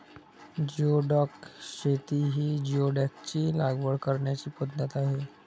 geoduck शेती ही जिओडॅकची लागवड करण्याची पद्धत आहे